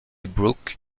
brook